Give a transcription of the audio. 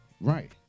Right